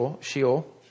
Sheol